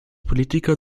politiker